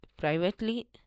privately